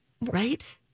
Right